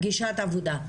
פגישת עבודה,